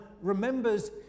remembers